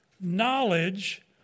knowledge